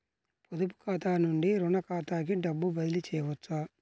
పొదుపు ఖాతా నుండీ, రుణ ఖాతాకి డబ్బు బదిలీ చేయవచ్చా?